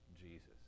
Jesus